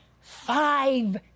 five